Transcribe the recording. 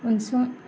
उनसं